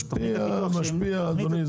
משפיע, משפיע, אדוני.